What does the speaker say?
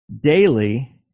daily